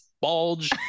bulge